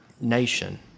nation